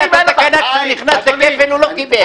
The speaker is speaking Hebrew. --- כשהוא נכנס והוא לא קיבל.